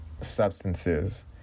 substances